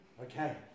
Okay